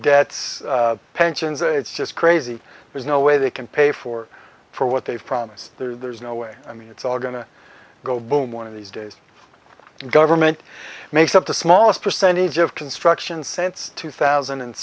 debts pensions it's just crazy there's no way they can pay for for what they've promised there's no way i mean it's all going to go boom one of these days government makes up the smallest percentage of construction since two thousand and